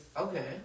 Okay